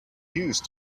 used